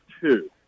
two